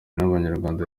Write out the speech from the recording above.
n’abanyarwanda